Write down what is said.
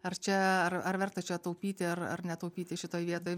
ar čia ar ar verta čia taupyti ar ar netaupyti šitoj vietoj